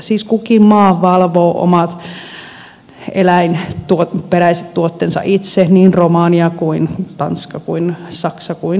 siis kukin maa valvoo omat eläinperäiset tuotteensa itse niin romania tanska saksa kuin suomikin